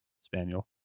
Spaniel